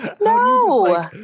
No